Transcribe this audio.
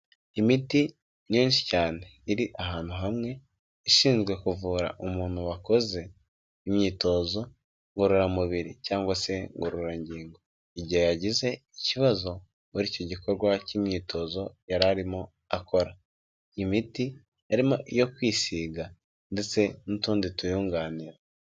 Imiti myinshi cyane iri ahantu hamwe ishinzwe kuvura umuntu wakoze imyitozo ngororamubiri cyangwa se ngororangingo igihe yagize ikibazo muri icyo gikorwa cy'imyitozo yari arimo akora, imiti yo kwisiga ndetse n'utundi tuyunganira.